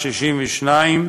המשטרה מחויבת.